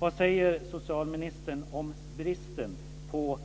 Vad säger socialministern om bristen på